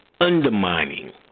undermining